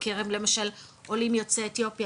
בקרב למשל עולים יוצאי אתיופיה,